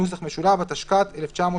התשכ"ט 1969."